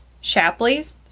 Shapley's